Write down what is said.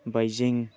Beijing